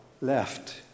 left